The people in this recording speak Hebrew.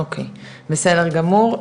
אוקי, בסדר גמור.